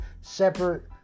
separate